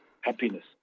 happiness